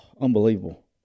Unbelievable